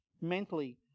mentally